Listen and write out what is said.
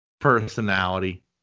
personality